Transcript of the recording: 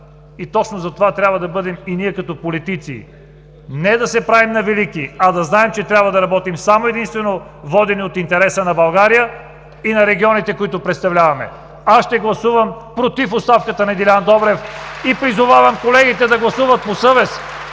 Точно затова трябва да бъдем и ние като политици – не да се правим на велики, а да знаем, че трябва да работим само и единствено водени от интереса на България и на регионите, които представляваме. Аз ще гласувам „против“ оставката на Делян Добрев (ръкопляскания от ГЕРБ) и призовавам колегите да гласуват по съвест!